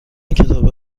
کتاب